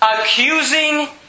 accusing